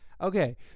okay